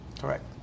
Correct